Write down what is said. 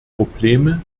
probleme